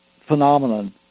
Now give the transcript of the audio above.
phenomenon